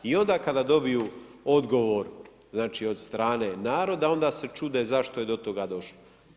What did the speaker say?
I onda kada dobiju odgovor znači od strane naroda, onda se čude zašto je do toga došlo.